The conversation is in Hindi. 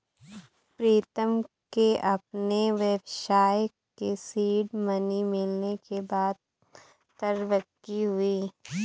प्रीतम के अपने व्यवसाय के सीड मनी मिलने के बाद तरक्की हुई हैं